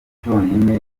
cyonyine